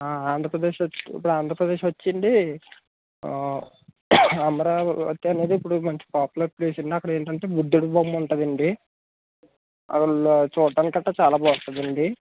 ఆంధ్రప్రదేశ్ వ ఇప్పుడు ఆంధ్రప్రదేశ్ వచ్చి అండి అమరావతి అనేది ఇప్పుడు మంచి పాపులర్ ప్లేస్ అండి అక్కడ ఏంటంటే బుద్దుడి బొమ్మ ఉంటుందండి అల్ల చూడటానికి అయితే చాలా బాగుంటుందండి